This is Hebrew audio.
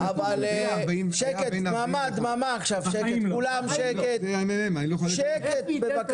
דממה עכשיו, כולם שקט בבקשה,